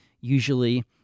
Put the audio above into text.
usually